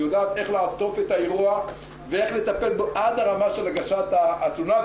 יודעת איך לעטוף את האירוע ואיך לטפל בו עד הרמה של הגשת התלונה.